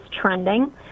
trending